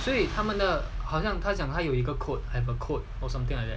所以他们的好像他讲他有一个 code have a code or something like that